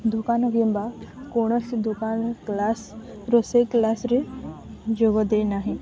ଦୋକାନ କିମ୍ବା କୌଣସି ଦୋକାନ କ୍ଲାସ୍ ରୋଷେଇ କ୍ଲାସ୍ରେ ଯୋଗ ଦେଇ ନାହିଁ